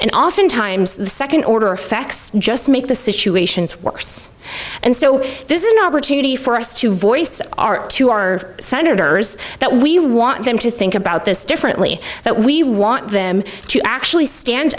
and often times the second order effects just make the situations worse and so this is an opportunity for us to voice our to our senators that we want them to think about this differently that we want them to actually stand